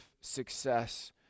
success